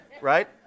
right